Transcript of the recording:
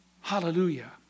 Hallelujah